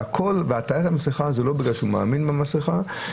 עטיית המסכה זה לא בגלל שמאמינים במסכה,